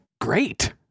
great